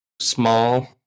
small